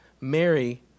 Mary